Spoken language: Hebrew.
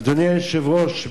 אדוני היושב-ראש,